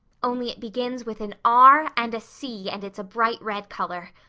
only it begins with an r and a c and it's bright red color.